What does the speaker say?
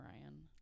ryan